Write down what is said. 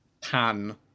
pan